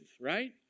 right